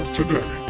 today